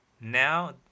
Now